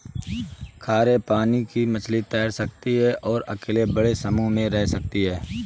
खारे पानी की मछली तैर सकती है और अकेले बड़े समूह में रह सकती है